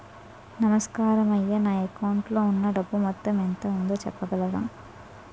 నమస్కారం అయ్యా నా అకౌంట్ లో ఉన్నా డబ్బు మొత్తం ఎంత ఉందో చెప్పగలరా?